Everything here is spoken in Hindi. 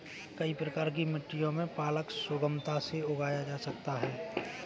कई प्रकार की मिट्टियों में पालक सुगमता से उगाया जा सकता है